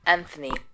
Anthony